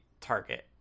target